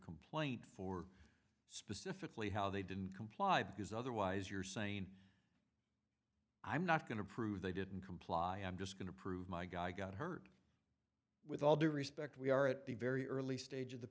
complaint for pacifically how they didn't comply because otherwise you're saying i'm not going to prove they didn't comply i'm just going to prove my guy got hurt with all due respect we are at the very early stage of the